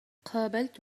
قابلت